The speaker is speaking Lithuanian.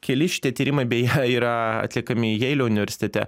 keli šitie tyrimai beje yra atliekami jeilio universitete